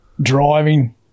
driving